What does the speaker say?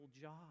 job